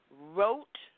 wrote